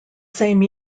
same